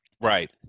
Right